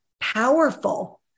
powerful